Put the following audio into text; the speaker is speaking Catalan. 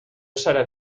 seran